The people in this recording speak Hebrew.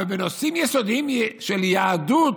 אבל בנושאים יסודיים של יהדות